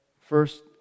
first